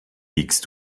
wiegst